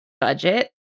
budget